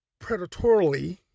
predatorily